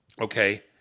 Okay